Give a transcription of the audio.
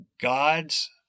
gods